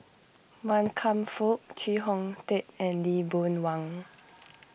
Wan Kam Fook Chee Hong Tat and Lee Boon Wang